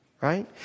right